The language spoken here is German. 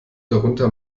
darunter